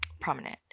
prominent